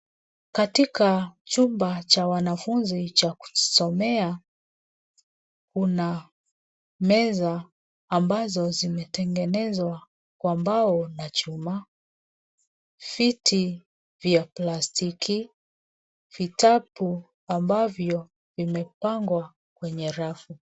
Katika chumba cha wanafunzi cha kujisomea. Kuna meza ambazo zimetengenezwa kwa mbao na chuma. Viti vya plastiki, vitabu ambavyo vimepangwa kwenye rafu.